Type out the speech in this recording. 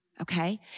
Okay